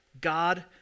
God